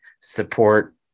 support